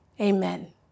amen